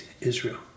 Israel